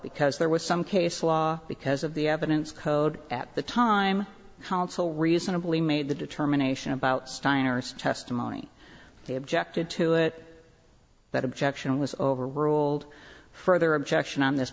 because there was some case law because of the evidence code at the time counsel reasonably made the determination about steiner's testimony he objected to it that objection was overruled further objection on this